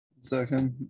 Second